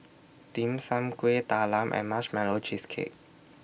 Dim Sum Kueh Talam and Marshmallow Cheesecake